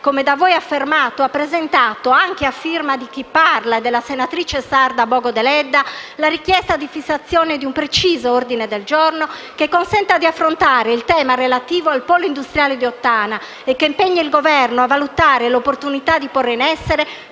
come da voi affermato, ha presentato, anche a firma di chi parla e della senatrice sarda Bogo Deledda, un preciso ordine del giorno che consenta di affrontare il tema relativo al polo industriale di Ottana, e che impegni il Governo a valutare l'opportunità di porre in essere